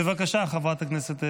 בבקשה, חברת הכנסת אלהרר.